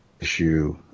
issue